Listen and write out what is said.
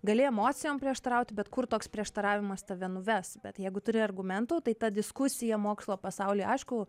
gali emocijom prieštarauti bet kur toks prieštaravimas tave nuves bet jeigu turi argumentų tai ta diskusija mokslo pasauly aišku